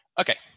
Okay